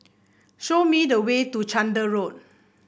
show me the way to Chander Road